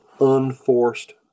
unforced